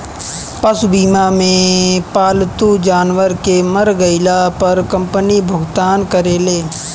पशु बीमा मे पालतू जानवर के मर गईला पर कंपनी भुगतान करेले